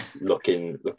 looking